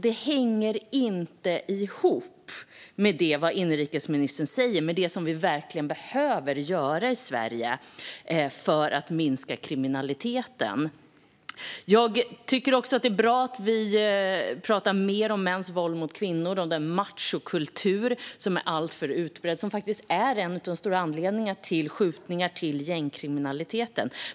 Det som inrikesministern säger hänger inte ihop med det som vi verkligen behöver göra i Sverige för att minska kriminaliteten. Jag tycker också att det är bra att vi talar mer om mäns våld mot kvinnor och om den machokultur som är alltför utbredd och som faktiskt är en av de stora anledningarna till skjutningarna och gängkriminaliteten.